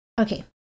okay